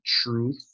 truth